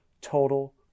total